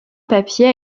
papier